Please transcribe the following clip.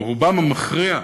או רובם המכריע,